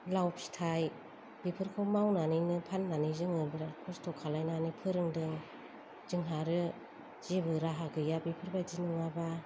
लाउ फिथाय बेफोरखौ मावनानैनो फाननानै बिराद खसथ' खालामनानै फोरोंदों जोंहा आरो जेबो राहा गैया बेफोरबादि नङाबा